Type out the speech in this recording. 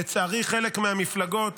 לצערי, חלק מהמפלגות